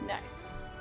nice